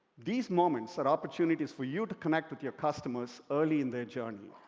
these moments are opportunities for you to connect with your customers early in their journey.